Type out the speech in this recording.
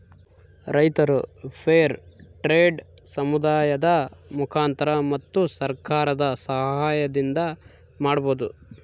ರೈತರು fair trade ಸಮುದಾಯದ ಮುಖಾಂತರ ಮತ್ತು ಸರ್ಕಾರದ ಸಾಹಯದಿಂದ ಮಾಡ್ಬೋದು